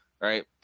right